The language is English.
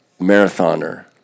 marathoner